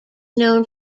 known